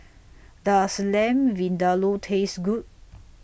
Does Lamb Vindaloo Taste Good